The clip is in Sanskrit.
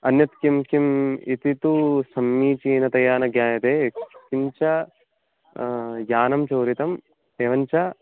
अन्यत् किं किम् इति तु समीचीनतया न ज्ञायते किञ्च यानं चोरितम् एवं च